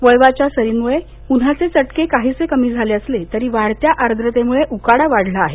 वळवाच्या सरींमुळे उन्हाचे चटके काहीसे कमी झाले असले तरी वाढत्या आर्दतेमुळे उकाडा वाढला आहे